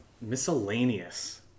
Miscellaneous